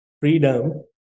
freedom